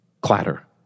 Clatter